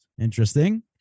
Interesting